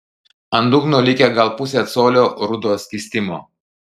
ant dugno likę gal pusė colio rudo skystimo